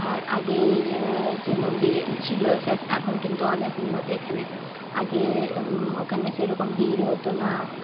আর আগে যে মন্দির ছিল এখন কিন্তু অনেক উন্নত এখানে আগে ওখানে সেরকম ভিড় হতো না